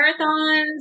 marathons